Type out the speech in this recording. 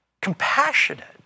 compassionate